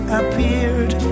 appeared